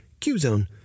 Qzone